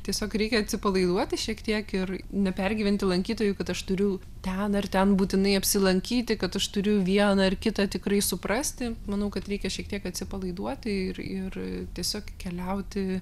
tiesiog reikia atsipalaiduoti šiek tiek ir nepergyventi lankytojui kad aš turiu ten ar ten būtinai apsilankyti kad aš turiu vieną ar kitą tikrai suprasti manau kad reikia šiek tiek atsipalaiduoti ir ir tiesiog keliauti